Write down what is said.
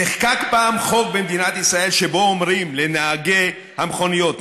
נחקק פעם חוק במדינת ישראל שבו אומרים לנהגי המכוניות: